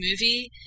movie